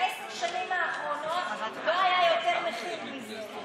בעשר השנים האחרונות לא היה יותר מכיל מזה.